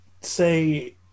say